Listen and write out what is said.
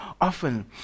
often